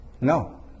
No